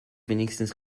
wenigstens